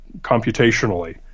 computationally